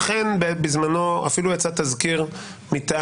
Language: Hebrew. אכן בזמנו יצא בזמנו אפילו יצא תזכיר מטעם